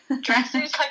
dresses